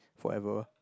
forever